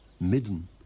midden